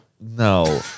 No